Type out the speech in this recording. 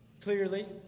Clearly